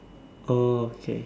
oh okay